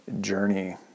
journey